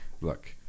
look